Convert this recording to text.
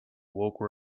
woke